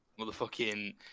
Motherfucking